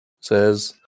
says